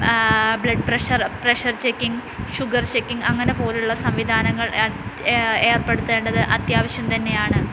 blood pressure pressure checking sugar checking അങ്ങനെ പോലുള്ള സംവിധാനങ്ങൾ ഏർപ്പെടുത്തേണ്ടത് അത്യാവശ്യം തന്നെയാണ്